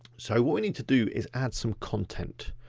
so what we to do is add some content.